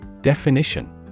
Definition